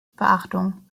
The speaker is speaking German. beachtung